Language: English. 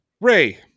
Ray